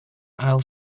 aisle